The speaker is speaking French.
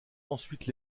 ensuite